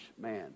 man